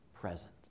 present